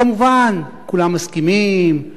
כמובן, כולם מסכימים.